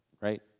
right